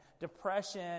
depression